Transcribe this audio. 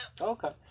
Okay